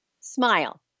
smile